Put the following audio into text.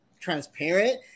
transparent